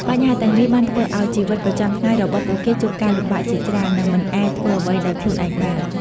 បញ្ហាទាំងនេះបានធ្វើឱ្យជីវិតប្រចាំថ្ងៃរបស់ពួកគេជួបការលំបាកជាច្រើន និងមិនអាចធ្វើអ្វីដោយខ្លួនឯងបាន។